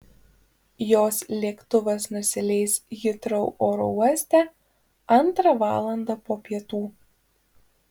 jos lėktuvas nusileis hitrou oro uoste antrą valandą po pietų